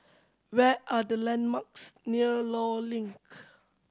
what are the landmark near Law Link